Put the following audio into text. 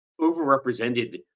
overrepresented